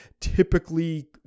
typically